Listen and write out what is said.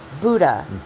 Buddha